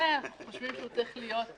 אנחנו חושבים שהמבנה צריך להיות,